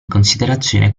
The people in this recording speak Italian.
considerazione